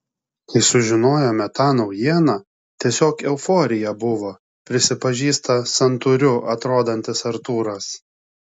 kai sužinojome tą naujieną tiesiog euforija buvo prisipažįsta santūriu atrodantis artūras